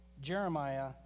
Jeremiah